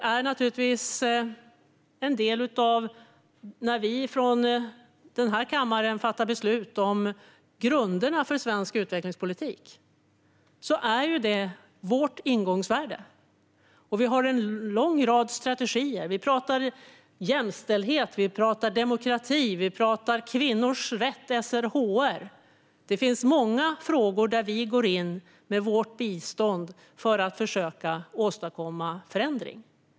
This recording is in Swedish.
När vi i kammaren fattar beslut om grunderna för svensk utvecklingspolitik är detta vårt ingångsvärde. Det finns en lång rad strategier. Vi talar jämställdhet, demokrati, kvinnors rätt och SRHR. Det finns många frågor där Sverige går in med bistånd för att försöka åstadkomma förändring.